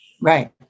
Right